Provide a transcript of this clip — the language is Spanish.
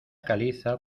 caliza